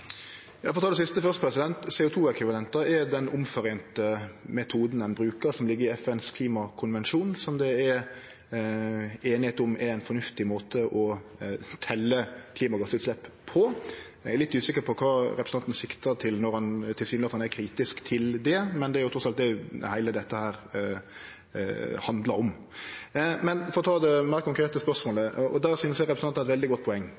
det siste først: CO 2 -ekvivalentar er den avtalte metoden ein brukar, som ligg i FNs klimakonvensjon, og som det er einigheit om er ein fornuftig måte å telje klimagassutslepp på. Eg er litt usikker på kva representanten siktar til når han tilsynelatande er kritisk til det, men det er trass alt det heile dette her handlar om. Men for å ta det meir konkrete spørsmålet, og der synest eg representanten har eit veldig godt poeng: